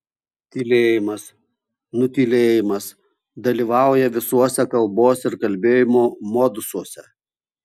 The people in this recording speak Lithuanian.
tylėjimas nutylėjimas dalyvauja visuose kalbos ir kalbėjimo modusuose